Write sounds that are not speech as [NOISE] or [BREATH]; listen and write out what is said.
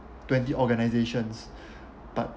twenty organisations [BREATH] but